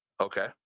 Okay